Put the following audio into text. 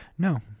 No